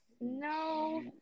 No